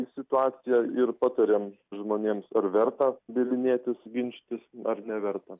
į situaciją ir patariam žmonėms ar verta bylinėtis ginčytis ar neverta